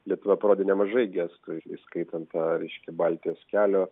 lietuva parodė nemažai gestų įskaitant tą reiškia baltijos kelio